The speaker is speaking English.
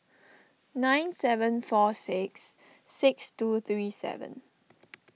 nine seven four six six two three seven